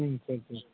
ம் சரி சரி